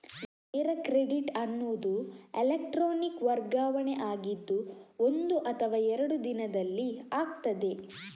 ನೇರ ಕ್ರೆಡಿಟ್ ಅನ್ನುದು ಎಲೆಕ್ಟ್ರಾನಿಕ್ ವರ್ಗಾವಣೆ ಆಗಿದ್ದು ಒಂದು ಅಥವಾ ಎರಡು ದಿನದಲ್ಲಿ ಆಗ್ತದೆ